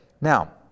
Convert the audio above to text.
Now